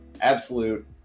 absolute